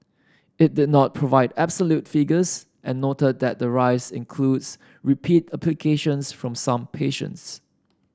it did not provide absolute figures and noted that the rise includes repeat applications from some patients